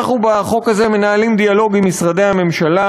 אנחנו בחוק הזה מנהלים דיאלוג עם משרדי הממשלה,